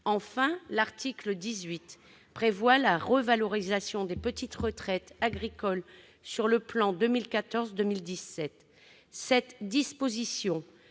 Enfin, l'article 18 prévoit la revalorisation des petites retraites agricoles dans le plan 2014-2017. Cette disposition